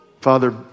father